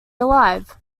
alive